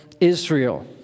Israel